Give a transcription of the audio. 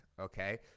okay